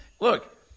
look